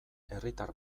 herritar